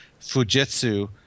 Fujitsu